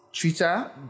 Twitter